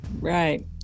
right